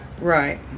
Right